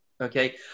Okay